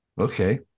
Okay